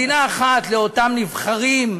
מדינה אחת לאותם נבחרים,